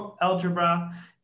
algebra